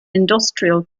industrial